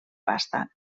pasta